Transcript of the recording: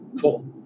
Cool